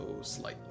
slightly